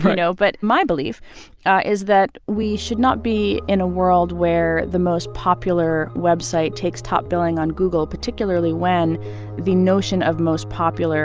you know but my belief is that we should not be in a world where the most popular website takes top billing on google, particularly when the notion of most popular